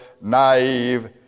naive